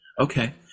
Okay